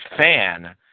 fan